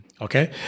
Okay